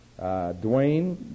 Dwayne